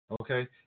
Okay